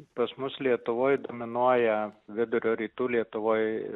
pas mus lietuvoj dominuoja vidurio rytų lietuvoj